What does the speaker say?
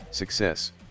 Success